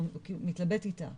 מתלבט איתה,